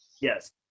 Yes